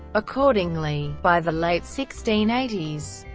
accordingly, by the late sixteen eighty s,